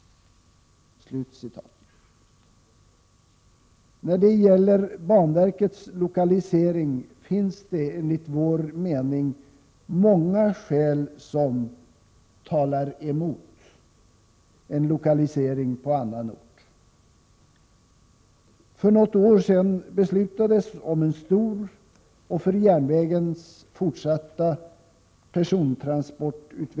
När det gäller banverkets lokalisering finns det enligt vår mening många skäl som ”talar emot” en sådan lokalisering på annan ort. portutveckling stor satsning på snabbtåg. Detta beslut betyder att säkerhets Prot.